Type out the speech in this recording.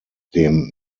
dem